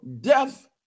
death